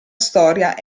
storia